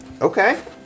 Okay